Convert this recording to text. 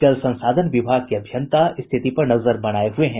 जल संसाधन विभाग के अभियंता स्थिति पर नजर बनाये हुए है